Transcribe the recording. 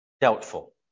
Doubtful